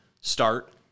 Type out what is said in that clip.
start